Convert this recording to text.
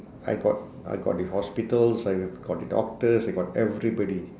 I got I got the hospitals I got the doctors I got everybody